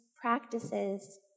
practices